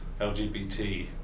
LGBT